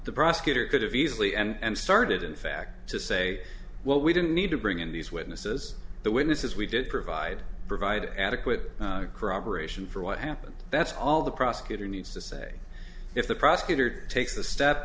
the prosecutor could have easily and started in fact to say well we didn't need to bring in these witnesses the witnesses we did provide provide adequate corroboration for what happened that's all the prosecutor needs to say if the prosecutor takes the step